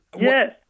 yes